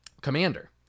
Commander